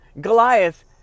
Goliath